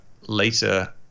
later